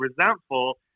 resentful